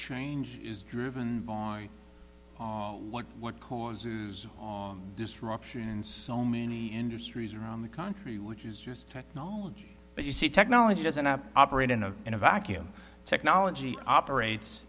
change is driven by what would cause disruption and so many industries around the country which is just technology but you see technology doesn't operate in a in a vacuum technology operates